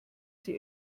sie